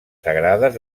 sagrades